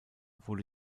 wurde